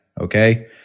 okay